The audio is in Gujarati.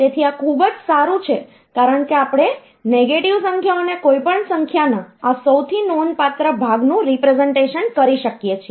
તેથી આ ખૂબ જ સારું છે કારણ કે આપણે નેગેટિવ સંખ્યાઓને કોઈપણ સંખ્યાના આ સૌથી નોંધપાત્ર ભાગનું રીપ્રેસનટેશન કરી શકીએ છીએ